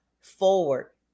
forward